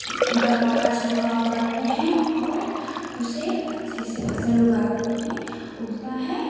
दवा का छिड़काव करते हैं और उसे अच्छे से फसल उगाते हैं उगता है